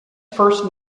first